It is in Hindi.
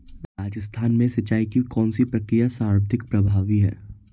राजस्थान में सिंचाई की कौनसी प्रक्रिया सर्वाधिक प्रभावी है?